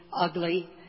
ugly